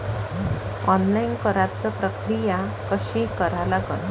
Online कराच प्रक्रिया कशी करा लागन?